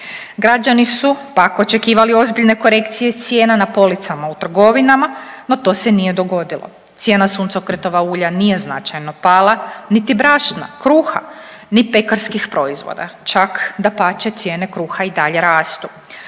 Građani su pak očekivali ozbiljne korekcije cijena na policama u trgovinama no to se nije dogodilo. Cijena suncokretova ulja nije značajno pala niti brašna, kruha ni pekarskih proizvoda. Čak dapače, cijene kruha i dalje rastu.